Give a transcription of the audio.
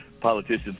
politicians